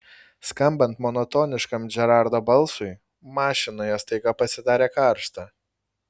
skambant monotoniškam džerardo balsui mašinoje staiga pasidarė karšta